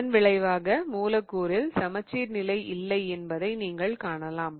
இதன் விளைவாக மூலக்கூறில் சமச்சீர் நிலை இல்லை என்பதை நீங்கள் காணலாம்